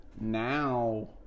now